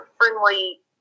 friendly